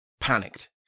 panicked